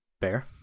Bear